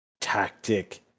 tactic